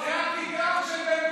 זו הייתה האמרה של בן-גוריון.